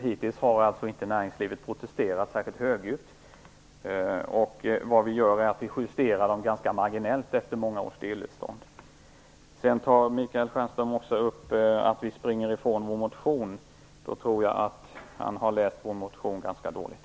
Hittills har inte näringslivet protesterat särskilt högljutt. Vi justerar avgifterna ganska marginellt efter många års stillestånd. Sedan säger Michael Stjernström också att vi springer ifrån vår motion. Jag tror att han har läst vår motion ganska dåligt.